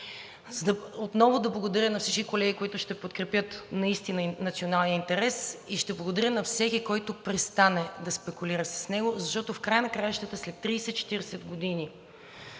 отново да благодаря на всички колеги, които ще подкрепят наистина националния интерес, и ще благодаря на всеки, който престане да спекулира с него, защото в края на краищата след 30 – 40 години